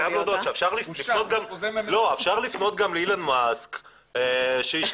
אני חייב להודות שאפשר לפנות גם לאילון מאסק שישלח